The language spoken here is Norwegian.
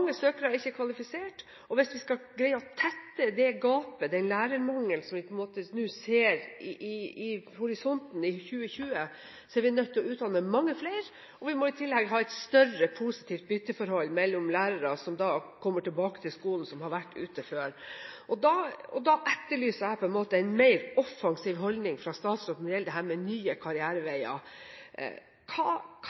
søkere er ikke kvalifisert, og hvis vi skal greie å tette det gapet, dekke den lærermangelen som vi faktisk nå ser i horisonten mot året 2020, er vi nødt å utdanne mange flere, og vi må i tillegg ha et mer positivt bytteforhold for lærere som kommer tilbake til skolen etter å ha vært ute. Da etterlyser jeg en mer offensiv holdning fra statsråden når det gjelder dette med nye